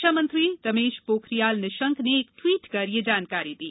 शिक्षामंत्री रमेश पोखरियाल निशंक ने एक ट्वीट कर यह जानकारी दी